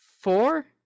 Four